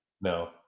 No